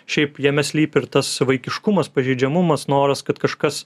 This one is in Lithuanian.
šiaip jame slypi ir tas vaikiškumas pažeidžiamumas noras kad kažkas